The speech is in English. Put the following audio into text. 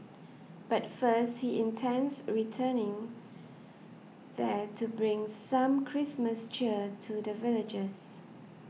but first he intends returning there to bring some Christmas cheer to the villagers